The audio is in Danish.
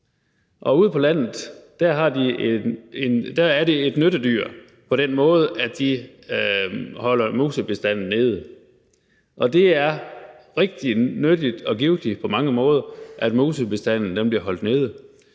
Ude på landet er katten et nyttedyr, forstået på den måde, at den holder musebestanden nede, og det er rigtig nyttigt og givtigt på mange måder, at musebestanden bliver holdt nede.